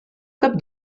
cap